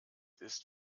ist